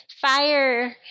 Fire